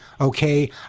okay